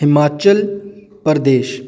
Himachal Pradesh